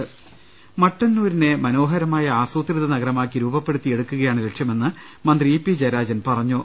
്്്്്്്് മട്ടന്നൂരിനെ മനോഹരമായ ആസൂത്രിത നഗരമാക്കി രൂപപ്പെടുത്തി യെടുക്കുകയാണ് ലക്ഷ്യമിടുന്നതെന്ന് മന്ത്രി ഇ പി ജയരാജൻ പറഞ്ഞു